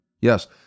Yes